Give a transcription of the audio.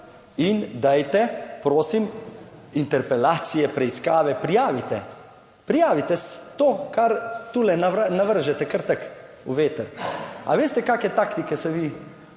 in dajte prosim interpelacije, preiskave, prijavite, prijavite to kar tule na vržete kar tako v veter. A veste kakšne taktike se vi